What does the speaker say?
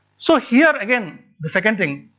so here again, the second thing,